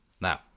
now